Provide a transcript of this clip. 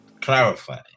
clarify